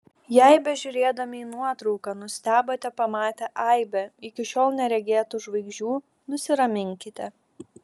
jei bežiūrėdami į nuotrauką nustebote pamatę aibę iki šiol neregėtų žvaigždžių nusiraminkite